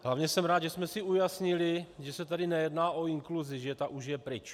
Hlavně jsem rád, že jsme si ujasnili, že se tady nejedná o inkluzi, že ta už je pryč.